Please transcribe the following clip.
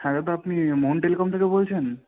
হ্যাঁ দাদা আপনি মোহন টেলিকম থেকে বলছেন